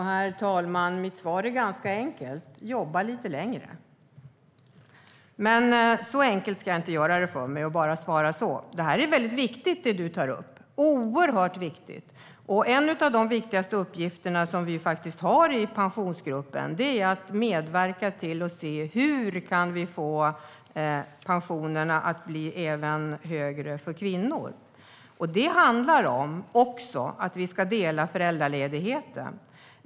Herr talman! Mitt svar är ganska enkelt: Jobba lite längre. Men så enkelt ska jag inte göra det för mig att bara svara så. Det du tar upp är väldigt viktigt. Det är oerhört viktigt. En av de viktigaste uppgifterna som vi har i Pensionsgruppen är att se: Hur kan vi få pensionerna att bli högre även för kvinnor? Det handlar också om att vi ska dela föräldraledigheten.